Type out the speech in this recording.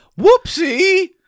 Whoopsie